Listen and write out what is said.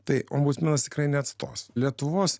tai ombudsmenas tikrai neatstos lietuvos